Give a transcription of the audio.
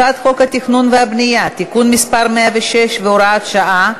הצעת חוק התכנון והבנייה (תיקון מס' 106 והוראת שעה),